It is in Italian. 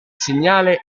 segnale